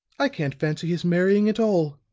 i can't fancy his marrying at all.